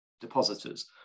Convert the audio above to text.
depositors